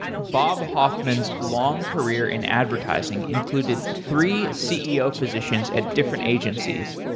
bob hoffman's long career in advertising included three ceo positions at different agencies.